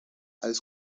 als